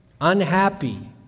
unhappy